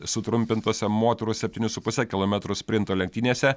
sutrumpintose moterų septynių su puse kilometrų sprinto lenktynėse